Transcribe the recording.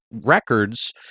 Records